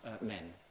men